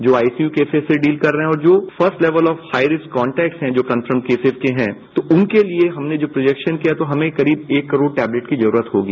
जो ICU cases से deal कर रहे हैं और जो first level of high risk contacts हैं जो कन्फर्मड केसेज के हैं तो उनके लिये हमने जो प्रोजैक्शन किया तो हमें करीब एक करोड़ टैबलेट की जरूरत होगी